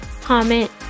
comment